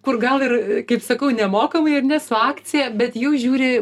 kur gal ir kaip sakau nemokamai ar ne su akcija bet jau žiūri